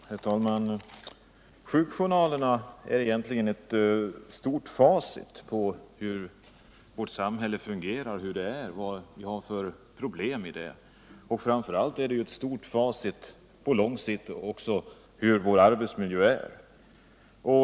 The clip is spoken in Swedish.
Herr talman! Sjukjournalerna utgör egentligen ett stort facit på hur vårt samhälle fungerar, över vad det är och vilka problem vi har. Framför allt är det på lång sikt ett stort facit över vår arbetsmiljö.